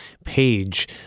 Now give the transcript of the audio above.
Page